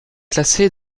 classée